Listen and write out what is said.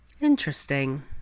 Interesting